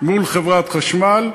מול חברת החשמל,